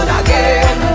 again